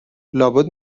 لابد